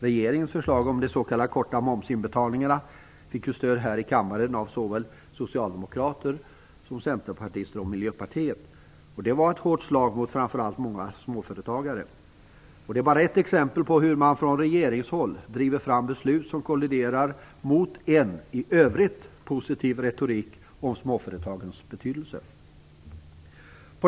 Regeringens förslag om de s.k. korta momsinbetalningarna fick stöd här i kammaren av såväl socialdemokrater som centerpartister och miljöpartister. Det var ett hårt slag mot framför allt många småföretagare. Det är bara ett exempel på hur man från regeringshåll driver fram beslut som kolliderar med en i övrigt positiv retorik om småföretagens betydelse.